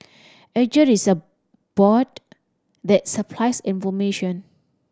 Edgar is a bot that supplies information